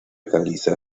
caliza